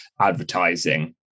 advertising